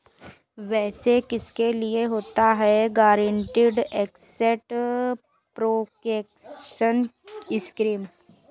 वैसे किसके लिए होता है गारंटीड एसेट प्रोटेक्शन स्कीम?